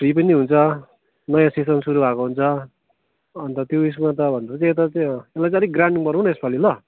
free पनि हुन्छ नयाँ सेसन सुरु भएको हुन्छ अन्त त्यो उइसमा त भन्दा त त्यो त त्यो त्यसलाई चाहिँ अलिक ग्रान्ड गरौँ न यसपालि ल